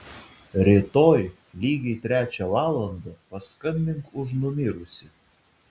rytoj lygiai trečią valandą paskambink už numirusį